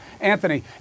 Anthony